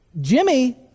Jimmy